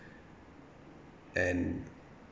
and